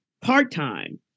part-time